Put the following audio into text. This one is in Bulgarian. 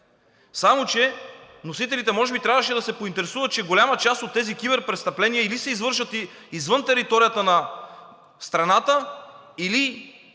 Само че вносителите може би трябваше да се поинтересуват, че голяма част от тези киберпрестъпления или се извършват извън територията на страната, или